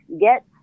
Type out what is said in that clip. get